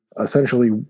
essentially